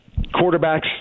quarterbacks